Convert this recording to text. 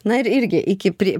na ir irgi iki prie